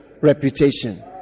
reputation